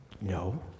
No